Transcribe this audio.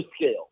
scale